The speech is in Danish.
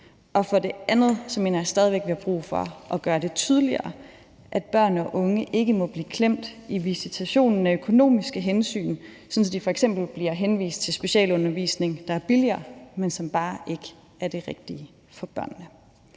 Og for det andet mener jeg stadig væk, at vi har brug for at gøre det tydeligere, at børn og unge ikke må blive klemt i visitationen af økonomiske hensyn, sådan at de f.eks. bliver henvist til specialundervisning, der er billigere, men som bare ikke er det rigtige for barnet.